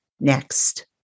next